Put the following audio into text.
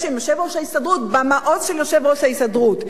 עם יושב-ראש ההסתדרות במעוז של יושב-ראש ההסתדרות.